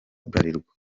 bralirwa